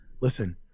listen